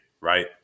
Right